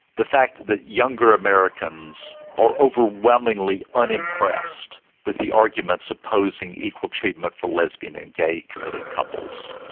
the fact that younger americans are overwhelmingly unimpressed with the arguments opposing equal treatment for lesbian and gay committed couples.